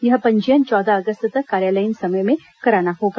यह पंजीयन चौदह अगस्त तक कार्यालयीन समय में कराना होगा